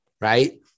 right